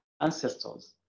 ancestors